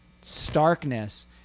starkness